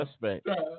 suspect